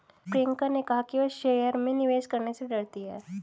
प्रियंका ने कहा कि वह शेयर में निवेश करने से डरती है